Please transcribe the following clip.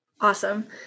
Awesome